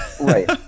Right